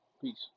Peace